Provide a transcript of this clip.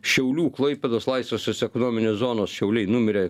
šiaulių klaipėdos laisvosios ekonominės zonos šiauliai numirė